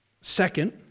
Second